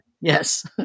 Yes